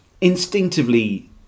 instinctively